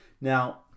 Now